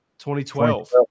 2012